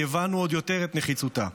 כי הבנו עוד יותר את נחיצותה.